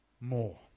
more